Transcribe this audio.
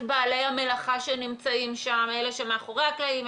בעלי המלאכה שנמצאים שם אלה שמאחורי הקלעים,